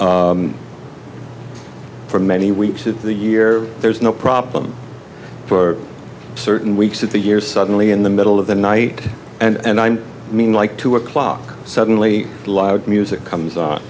be for many weeks of the year there's no problem for certain weeks of the year suddenly in the middle of the night and i mean like two o'clock suddenly loud music comes on